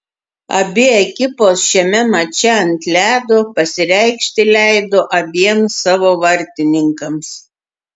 abi ekipos šiame mače ant ledo pasireikšti leido abiem savo vartininkams